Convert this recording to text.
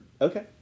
Okay